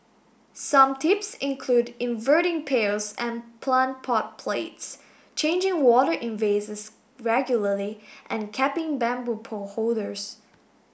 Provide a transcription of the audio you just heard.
some tips include inverting pails and plant pot plates changing water in vases regularly and capping bamboo pole holders